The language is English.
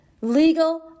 Legal